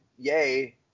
yay